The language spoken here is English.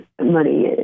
money